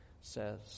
says